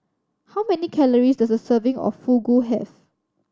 how many calories does a serving of Fugu have